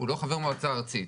הוא לא חבר מועצה ארצית,